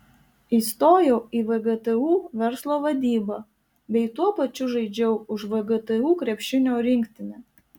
įstojau į vgtu verslo vadybą bei tuo pačiu žaidžiau už vgtu krepšinio rinktinę